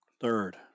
third